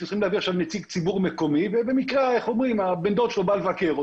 הם קובעים הכול, אי אפשר לקבוע הכול.